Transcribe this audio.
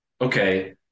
okay